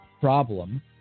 problem